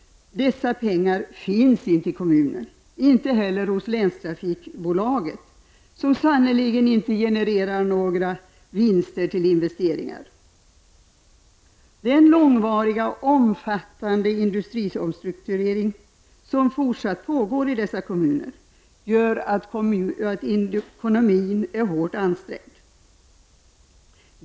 Dessa pengar finns inte i kommunerna, inte heller hos Länstrafikbolaget, som sannerligen inte genererar några vinster till investeringar. Den långvariga och omfattande industriomstrukturering som alltjämt pågår i dessa kommuner gör att ekonomin är hårt ansträngd.